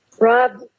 Rob